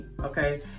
okay